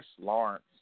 Lawrence